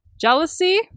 Jealousy